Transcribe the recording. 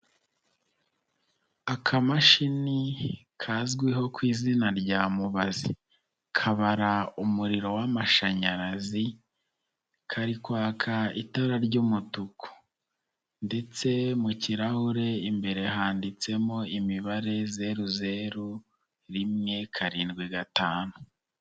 Akamashini kazwiho ku izina rya mubazi. Kabara umuriro w'amashanyarazi, kari kwaka itara ry'umutuku ndetse mu kirahure imbere handitsemo imibare zeru zeru rimwe karindwi gatanu.